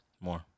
More